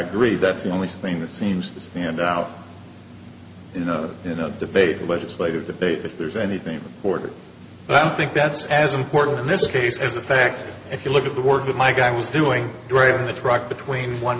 agree that's the only thing that seems to stand out you know in a debate legislative debate if there's anything for it but i don't think that's as important in this case as the fact if you look at the work of my guy i was doing driving the truck between one